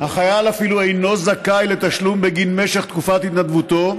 החייל אפילו אינו זכאי לתשלום בגין משך תקופת התנדבותו,